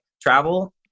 travel